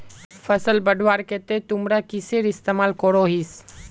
फसल बढ़वार केते तुमरा किसेर इस्तेमाल करोहिस?